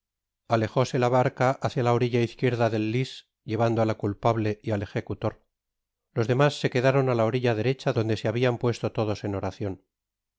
hijo alejóse la barca hácia la orilla izquierda del lys llevando á la culpable y al ejecutor los demás se quedaron á la orilla derecha donde se habian puesto todos en oracion